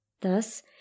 Thus